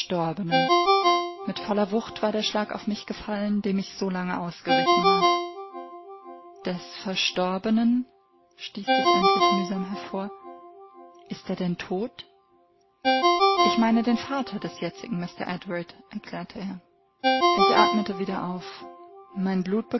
mit voller wucht war der schlag auf mich gefallen dem ich solange ausgewichen war des verstorbenen stieß ich endlich mühsam hervor ist er denn tot ich meine den vater des jetzigen mr edward erklärte er ich atmete wieder auf mein blut